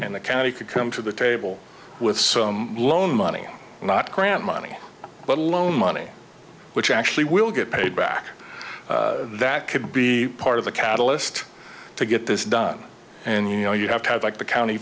and the county could come to the table with some loan money not grant money let alone money which actually will get paid back that could be part of the catalyst to get this done and you know you have to have like the county